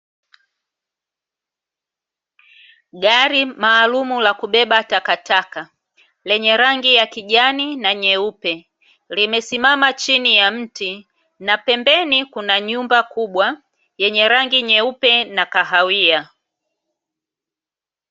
Gari maalumu la kubeba takataka lenye rangi ya kijani na nyeupe limesimama chini ya mti, na pembeni kuna nyumba kubwa yenye rangi nyeupe na kahawia.